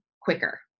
quicker